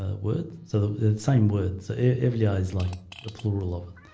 ah word. so the same word so every i is like the plural of